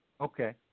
Okay